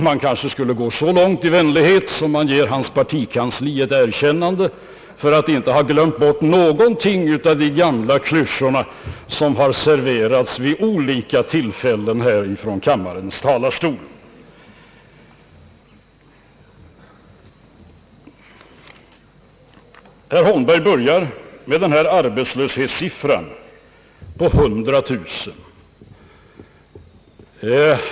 Man kanske skulle kunna gå så långt i vänlighet att man ger hans partikansli ett erkännande för att man där inte glömt bort någon av de gamla klyschorna som högern har serverat vid olika tillfällen från kammarens talarstol. Herr Holmberg började med att nämna en arbetslöshetssiffra på 100 000.